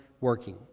working